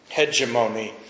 hegemony